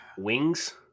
wings